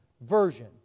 version